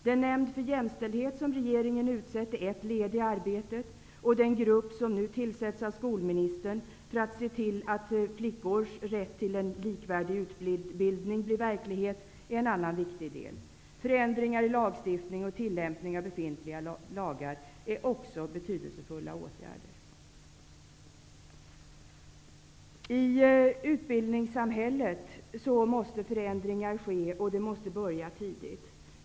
Den nämnd för jämställdhet som regeringen utsett är ett led i arbetet, och den grupp som nu tillsätts av skolministern för att se till att flickors rätt till en likvärdig utbildning blir verklighet, är en annan viktig del. Förändringar i lagstiftningen och tillämpning av befintliga lagar är också betydelsefulla åtgärder. I utbildningssamhället måste förändringar ske och börja tidigt.